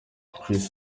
kris